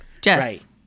Jess